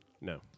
No